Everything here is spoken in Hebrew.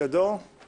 תגיד את המספרים שלהן